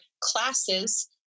classes